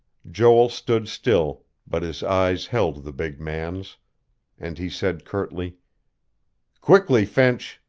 joel stood still, but his eyes held the big man's and he said curtly quickly, finch.